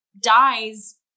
dies